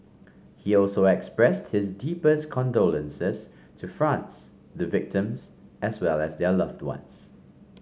he also expressed his deepest condolences to France the victims as well as their loved ones